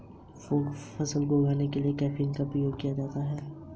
Loan settlement कैसे करें?